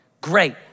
Great